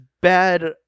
bad